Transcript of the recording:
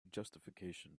justification